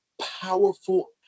powerful